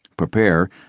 prepare